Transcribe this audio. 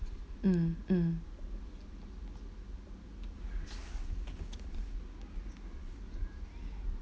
mm mm